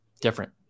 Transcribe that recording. different